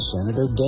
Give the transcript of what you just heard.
Senator